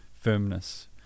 firmness